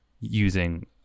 using